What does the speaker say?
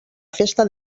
festa